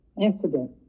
incident